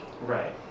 Right